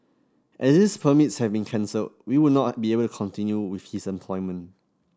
as these permits have been cancelled we would not be able to continue with his employment